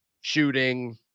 shooting